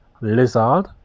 Lizard